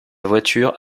voiture